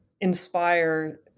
inspire